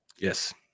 Yes